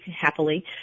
happily